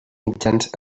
mitjans